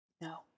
No